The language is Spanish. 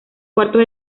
cuartos